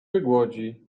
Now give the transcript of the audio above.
wygłodzi